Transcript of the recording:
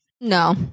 No